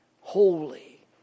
holy